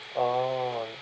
orh